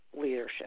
leadership